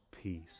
peace